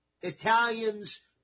Italians